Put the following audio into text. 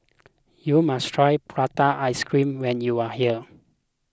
you must try Prata Ice Cream when you are here